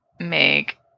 make